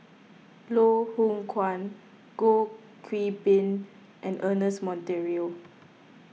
Loh Hoong Kwan Goh Qiu Bin and Ernest Monteiro